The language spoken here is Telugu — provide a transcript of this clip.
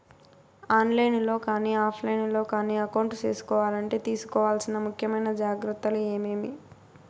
ఆన్ లైను లో కానీ ఆఫ్ లైను లో కానీ అకౌంట్ సేసుకోవాలంటే తీసుకోవాల్సిన ముఖ్యమైన జాగ్రత్తలు ఏమేమి?